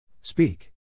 Speak